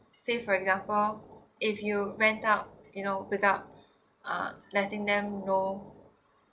say for example if you rent out you know without uh letting them know